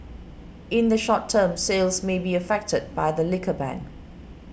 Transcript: in the short term sales may be affected by the liquor ban